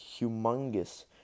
humongous